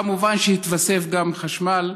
כמובן התווסף גם חשמל.